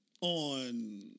On